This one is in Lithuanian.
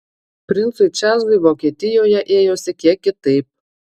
princui čarlzui vokietijoje ėjosi kiek kitaip